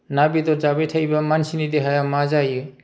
ना बेदर जाबाय थायोबा मानसिनि देहाया मा जायो